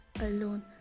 alone